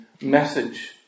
message